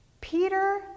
Peter